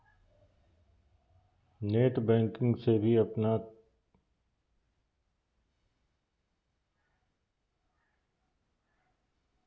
net banking से भी अपन खाता के जानकारी हासिल कर सकोहिये